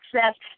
access